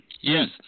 Yes